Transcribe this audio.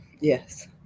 Yes